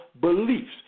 beliefs